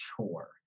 chore